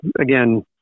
again